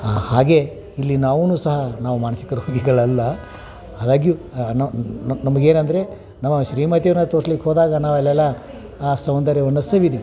ಹಾಗೇ ಇಲ್ಲಿ ನಾವು ಸಹ ನಾವು ಮಾನಸಿಕ ರೋಗಿಗಳಲ್ಲ ಹಾಗಾಗಿಯೂ ನಮ್ಗೆ ಏನಂದರೆ ನಮ್ಮ ಶ್ರೀಮತಿಯವ್ರನ್ನ ತೋರ್ಸ್ಲಿಕ್ಕೆ ಹೋದಾಗ ನಾವು ಅಲ್ಲೆಲ್ಲ ಆ ಸೌಂದರ್ಯವನ್ನು ಸವಿದೀವಿ